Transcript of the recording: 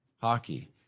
hockey